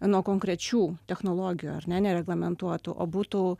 nuo konkrečių technologijų ar ne nereglamentuotų o būtų